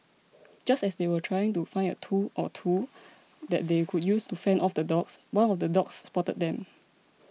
just as they were trying to find a tool or two that they could use to fend off the dogs one of the dogs spotted them